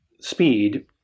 speed